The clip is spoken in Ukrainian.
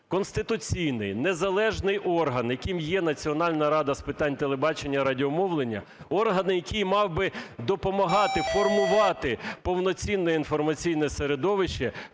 конституційний незалежний орган, яким є Національна рада з питань телебачення і радіомовлення, орган, який мав би допомагати формувати повноцінне інформаційне середовище,